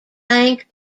bank